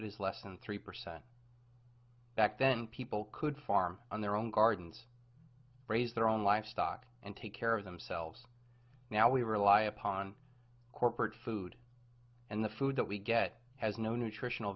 it is less than three percent back then people could farm on their own gardens raise their own live stock and take care of themselves now we rely upon corporate food and the food that we get has no nutritional